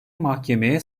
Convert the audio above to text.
mahkemeye